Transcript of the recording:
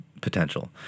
potential